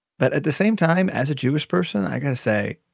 but at the same time, as a jewish person, i got to say,